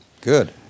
Good